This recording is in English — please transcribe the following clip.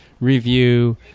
review